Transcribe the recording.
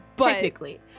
Technically